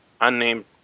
unnamed